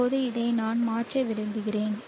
இப்போது இதை நான் மாற்ற விரும்புகிறேன்